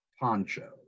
poncho